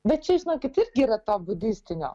bet čia žinokit irgi yra to budistinio